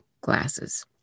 glasses